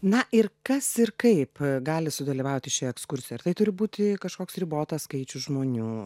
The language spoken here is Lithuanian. na ir kas ir kaip gali sudalyvauti šioje ekskursijoj ar tai turi būti kažkoks ribotas skaičius žmonių